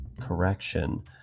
correction